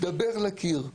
דבר לקיר.